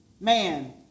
man